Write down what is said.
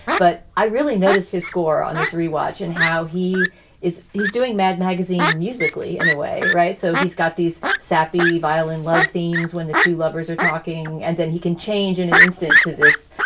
but i really noticed his score on this rewash and how he is. he's doing mad magazine musically in a way. right. so he's got these sappy violin love themes when the two lovers are talking. and then he can change in an instant to this,